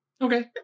Okay